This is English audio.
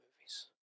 movies